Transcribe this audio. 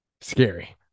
scary